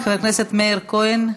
חבר הכנסת מאיר כהן,